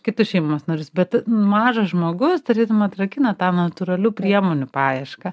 kitus šeimos narius bet mažas žmogus tarytum atrakina tą natūralių priemonių paiešką